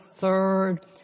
third